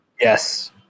Yes